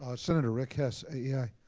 ah senator, rick hess, aei. yeah